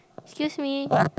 excuse me